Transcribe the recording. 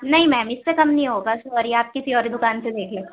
نہیں میم اس سے کم نہیں ہوگا سوری آپ کسی اور ہی دکان سے دیکھیے